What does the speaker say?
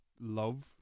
love